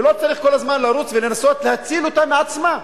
ולא צריך כל הזמן לרוץ ולנסות להציל אותה מעצמה.